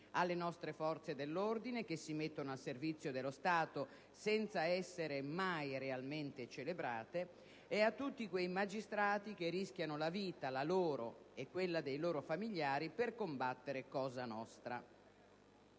alle nostre forze dell'ordine, che si mettono al servizio dello Stato senza essere mai realmente celebrate; a tutti quei magistrati che rischiano la vita - la loro e quella dei loro familiari - per combattere Cosa Nostra.